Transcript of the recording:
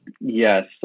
Yes